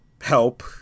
help